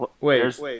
Wait